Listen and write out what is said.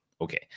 Okay